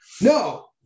No